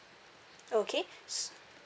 okay